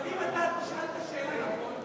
אבל אם אתה תשאל את השאלה נכון,